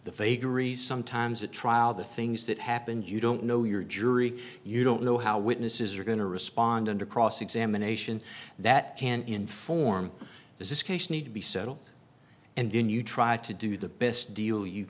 the vagaries sometimes the trial the things that happened you don't know your jury you don't know how witnesses are going to respond under cross examination that can inform does this case need to be settle and then you try to do the best deal you